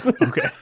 Okay